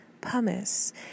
pumice